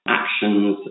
actions